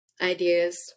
ideas